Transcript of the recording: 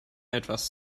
etwas